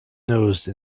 nose